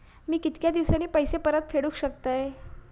मी कीतक्या दिवसांनी पैसे परत फेडुक शकतय?